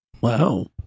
Wow